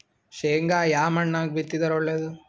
ಶೇಂಗಾ ಯಾ ಮಣ್ಣಾಗ ಬಿತ್ತಿದರ ಒಳ್ಳೇದು?